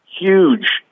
huge